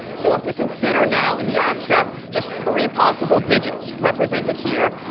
so if we consider now in the abstract, just three possible digits represented here,